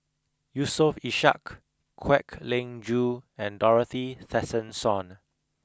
Yusof Ishak Kwek Leng Joo and Dorothy Tessensohn